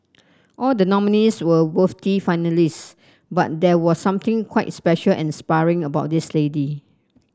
all the nominees were worthy finalist but there was something quite special and inspiring about this lady